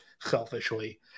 selfishly